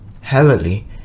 heavily